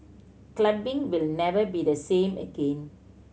clubbing will never be the same again